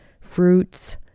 Fruits